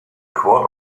quart